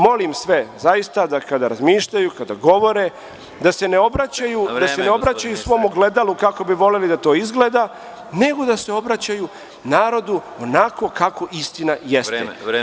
Molim sve, zaista, da kada razmišljaju, kada govore, da se ne obraćaju svom ogledalu kako bi voleli da to izgleda, nego da se obraćaju narodu onako kako istina jeste.